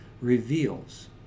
reveals